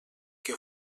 que